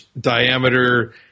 diameter